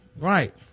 right